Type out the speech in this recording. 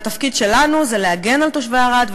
והתפקיד שלנו זה להגן על תושבי ערד,